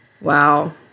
wow